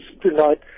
tonight